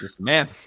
man